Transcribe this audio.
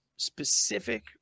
specific